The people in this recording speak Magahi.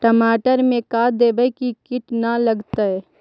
टमाटर में का देबै कि किट न लगतै?